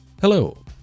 Hello